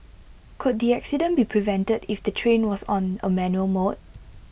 could the accident be prevented if the train was on A manual mode